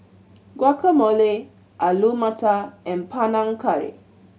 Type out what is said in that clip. Guacamole Alu Matar and Panang Curry